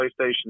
PlayStation